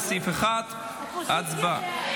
לסעיף 1. הצבעה.